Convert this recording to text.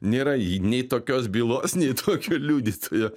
nėra ji nei tokios bylos nei tokio liudytojo